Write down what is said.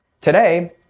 Today